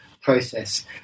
process